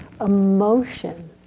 emotion